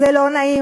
זה לא נעים,